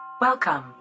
Welcome